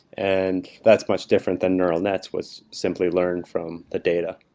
and that's much different than neural nets, was simply learned from the data.